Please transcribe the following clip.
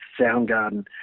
Soundgarden